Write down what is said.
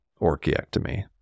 orchiectomy